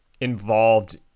involved